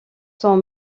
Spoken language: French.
sont